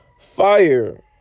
fire